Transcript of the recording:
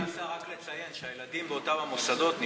כבוד השר, רק לציין שהילדים באותם המוסדות נשארים,